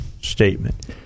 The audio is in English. statement